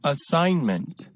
Assignment